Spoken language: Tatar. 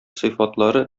сыйфатлары